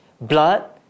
blood